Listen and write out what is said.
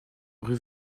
rue